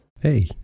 Hey